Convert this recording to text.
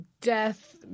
death